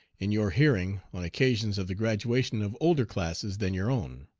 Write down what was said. in your hearing, on occasions of the graduation of older classes than your own.